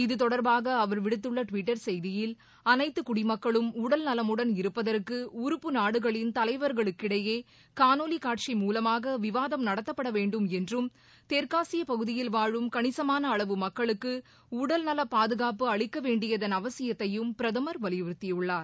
இது தொடர்பாக அவர் விடுத்துள்ள டுவிட்டர் செய்தியில் அனைத்து குடிமக்களும் உடல் நலமுடன் இருப்பதற்கு உறப்பு நாடுகளின் தலைவர்களுக்கிடையே காணொலி காட்சி மூலமாக விவாதம் நடத்தப்படவேண்டும் என்றும் தெற்காசியப் பகுதியில் வாழும் கணிசமான அளவு மக்களுக்கு உடல் நலப்பாதுகாப்பு அளிக்கவேண்டியதன் அவசியத்தையும் பிரதமர் வலியுறுத்தியுள்ளார்